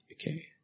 Okay